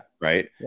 right